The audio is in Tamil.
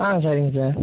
ஆ சரிங்க சார்